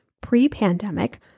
pre-pandemic